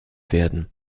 werden